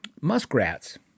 muskrats